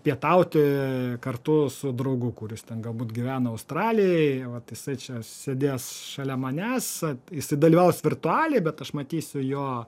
pietauti kartu su draugu kuris ten galbūt gyvena australijaj vat jisai čia sėdės šalia manęs jisai dalyvaus virtualiai bet aš matysiu jo